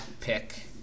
pick